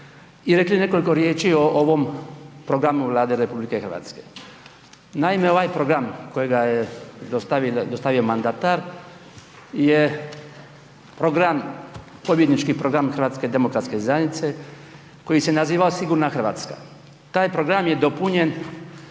i rekli nekoliko riječi o ovom programu Vlade RH. Naime, ovaj program kojega je dostavio mandatar je program, pobjednički program HDZ-a koji se nazivao Sigurna RH. Taj program je dopunjen